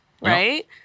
Right